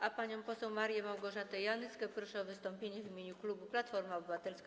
A panią poseł Marię Małgorzatę Janyską proszę o wystąpienie w imieniu klubu Platforma Obywatelska.